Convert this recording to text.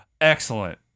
Excellent